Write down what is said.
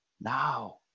Now